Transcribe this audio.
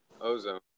ozone